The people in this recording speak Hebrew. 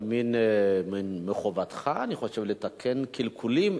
אבל אני חושב שמחובתך לתקן קלקולים,